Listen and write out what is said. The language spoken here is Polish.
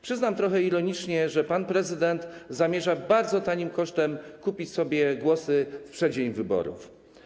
Przyznam trochę ironicznie, że pan prezydent zamierza bardzo tanim kosztem kupić sobie głosy w przeddzień wyborów.